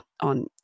on